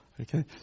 Okay